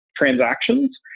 transactions